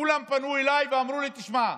כולם פנו אליי ואמרו לי: תשמע,